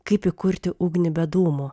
kaip įkurti ugnį be dūmų